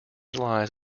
lies